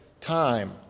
time